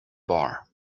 bar